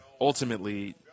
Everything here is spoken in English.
ultimately